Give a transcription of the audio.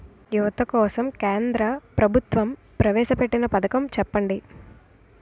యువత కోసం కేంద్ర ప్రభుత్వం ప్రవేశ పెట్టిన పథకం చెప్పండి?